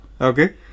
Okay